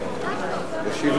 התש"ע 2010,